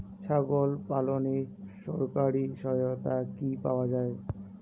ছাগল পালনে সরকারি সহায়তা কি পাওয়া যায়?